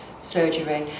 surgery